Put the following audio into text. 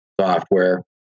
software